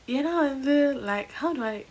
ஏனா வந்து:yena vanthu like how do I